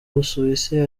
busuwisi